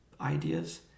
ideas